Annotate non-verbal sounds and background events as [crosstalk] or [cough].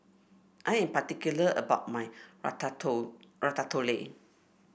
I am particular about my [unintelligible] Ratatouille